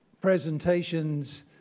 presentations